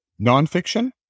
Nonfiction